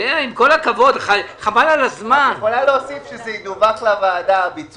את יכולה להוסיף שהביצוע ידווח לוועדה.